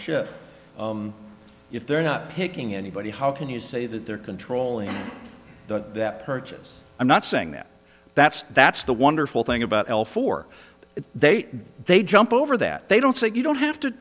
ship if they're not picking anybody how can you say that they're controlling that purchase i'm not saying that that's that's the wonderful thing about oil for they they jump over that they don't say you don't have to